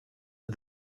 are